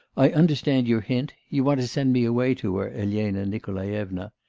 i understand your hint you want to send me away to her, elena nikolaevna.